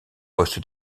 poste